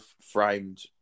framed